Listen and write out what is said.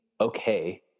okay